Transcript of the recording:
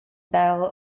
bell